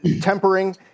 tempering